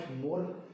more